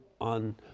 on